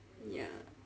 ya